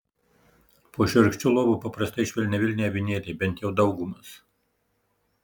po šiurkščiu luobu paprastai švelniavilniai avinėliai bent jau daugumas